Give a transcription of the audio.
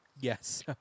Yes